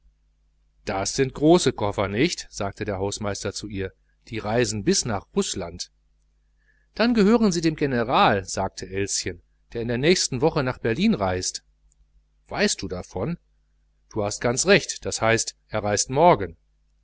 das sind große koffer nicht sagte der portier zu ihr die reisen bis nach rußland dann gehören sie dem general sagte elschen der in der nächsten woche nach berlin reist weißt du davon du hast ganz recht das heißt er reist schon morgen